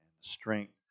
strength